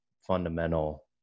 fundamental